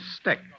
stick